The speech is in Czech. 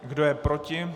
Kdo je proti?